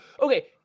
Okay